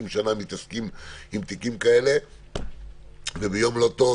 שנה מתעסקים בתיקים כאלה וביום לא טוב,